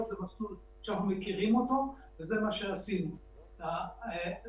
אבל איך